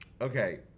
okay